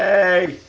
a